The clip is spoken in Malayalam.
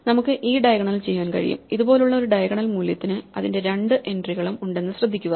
നമുക്ക് ഈ ഡയഗണൽ ചെയ്യാൻ കഴിയും ഇതുപോലുള്ള ഒരു ഡയഗണൽ മൂല്യത്തിന് അതിന്റെ രണ്ട് എൻട്രികളും ഉണ്ടെന്ന് ശ്രദ്ധിക്കുക